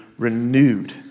renewed